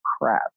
crap